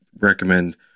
recommend